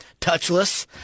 touchless